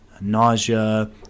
nausea